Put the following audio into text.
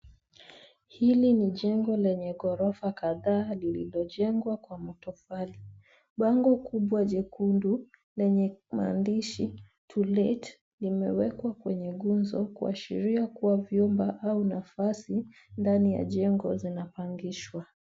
Hili ni jengo lenye ghorofa kadhaa lililojengwa kwa matofali. Bango kubwa jekundu lenye maandishi TO LET limewekwa kwenye nguzo kuashiria kuwa vyumba au nafasi ndani ya jengo hilo zimepangishwa zote.